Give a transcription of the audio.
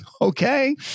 Okay